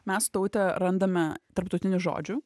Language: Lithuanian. messu taute randame tarptautinių žodžių